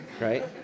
right